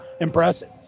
impressive